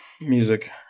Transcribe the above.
music